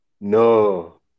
no